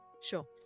sure